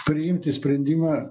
priimti sprendimą